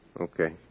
Okay